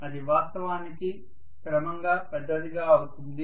అది వాస్తవానికి క్రమంగా పెద్దదిగా అవుతుంది